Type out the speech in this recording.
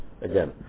again